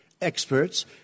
experts